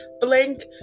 blank